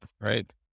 Right